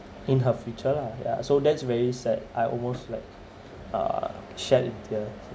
in her future lah yeah so that's very sad I almost like uh shed a tear